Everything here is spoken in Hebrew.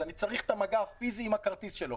אז אני צריך את המגע הפיזי עם הכרטיס שלו.